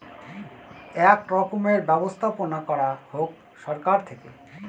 এক রকমের ব্যবস্থাপনা করা হোক সরকার থেকে